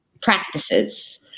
Practices